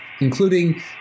including